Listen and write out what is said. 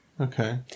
Okay